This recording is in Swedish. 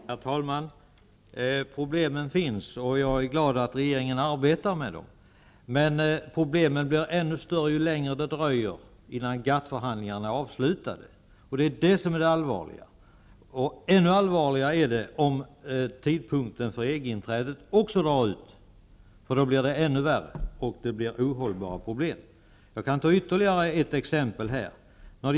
Herr talman! Problemen finns, och jag är glad att regeringen arbetar med dem. Men problemen blir ännu större ju längre det dröjer innan GATT förhandlingarna är avslutade. Det är det som är det allvarliga. Ännu allvarligare är det om tidpunkten för Sveriges EG-inträde också flyttas framåt i tiden. Då blir situationen ännu värre, och problemen blir ohållbara. Jag kan ge ytterligare ett exempel.